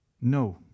no